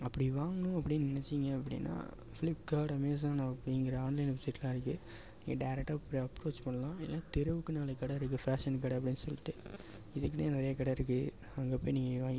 அப்படி வாங்கணும் அப்படின் நெனைச்சிங்க அப்படின்னா ஃப்ளிப்கார்ட் அமேசான் அப்படிங்கற ஆன்லைன் வெப்சைட்லாம் இருக்குது நீங்கள் டேரெக்டாக போய் அப்ரோச் பண்ணலாம் இல்லைனா தெருவுக்கு நாலு கடை இருக்குது ஃபேஷன் கடை அப்படின்னு சொல்லிட்டு இதுக்கின்னே நிறையா கடை இருக்குது அங்கே போய் நீங்கள் வாங்கிக்கலாம்